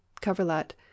coverlet